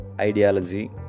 ideology